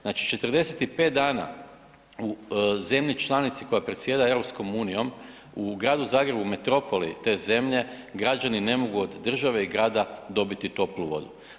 Znači 45 dana u zemlji članici koja predsjeda EU u gradu Zagrebu metropoli te zemlje građani ne mogu od države i grada dobiti toplu vodu.